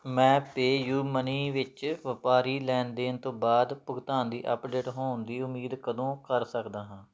ਮੈਂ pay U money ਵਿੱਚ ਵਪਾਰੀ ਲੈਣ ਦੇਣ ਤੋਂ ਬਾਅਦ ਭੁਗਤਾਨ ਦੀ ਅੱਪਡੇਟ ਹੋਣ ਦੀ ਉਮੀਦ ਕਦੋਂ ਕਰ ਸਕਦਾ ਹਾਂ